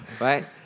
right